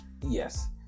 Yes